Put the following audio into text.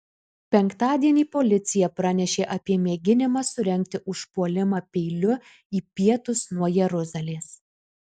penktadienį policija pranešė apie mėginimą surengti užpuolimą peiliu į pietus nuo jeruzalės